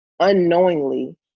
unknowingly